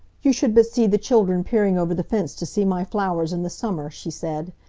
you should but see the children peering over the fence to see my flowers in the summer, she said.